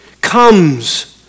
comes